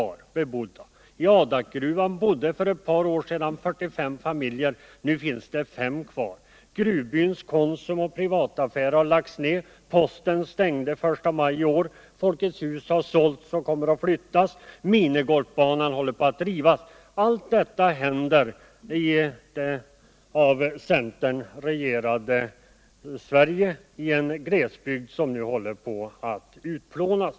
I driften vid gruvor Adakgruvan bodde för ett par år sedan 45 familjer. Nu finns där fem kvar. na i Adakfältet Gruvbyns Konsum och privataffär har lagts ned. Posten stängdes den I maj i år. Folkets hus har sålts och kommer att flyttas. Minigolfbanan håller på att rivas. Allt detta händer i det av centern regerade Sverige i en glesbygd som nu håller på att utplånas.